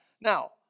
now